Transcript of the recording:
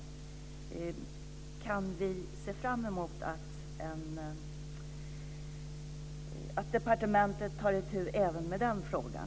Kan vi se fram emot att departementet tar itu även med den frågan?